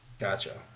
Gotcha